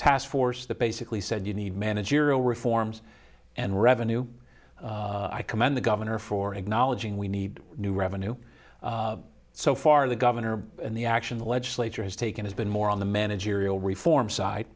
task force that basically said you need managerial reforms and revenue i commend the governor for acknowledging we need new revenue so far the governor in the action the legislature has taken has been more on the managerial reform side